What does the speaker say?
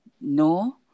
no